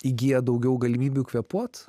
įgija daugiau galimybių kvėpuot